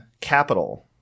capital